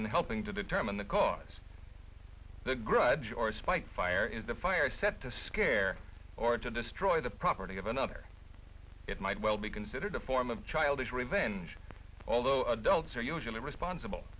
in helping to determine the cause the grudge or spike fire in the fire set to scare or to destroy the property of another it might well be considered a form of childish revenge although adults are usually responsible